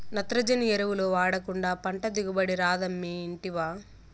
నత్రజని ఎరువులు వాడకుండా పంట దిగుబడి రాదమ్మీ ఇంటివా